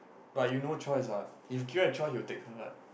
but you no choice what if given a choice you will take her what